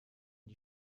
die